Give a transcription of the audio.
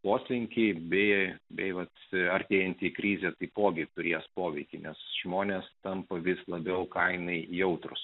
poslinkiai bei bei latvijoje artėjantį krytį taipogi turės poveikį nes žmonės tampa vis labiau kainai jautrūs